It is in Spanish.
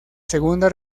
segunda